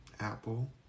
apple